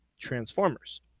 Transformers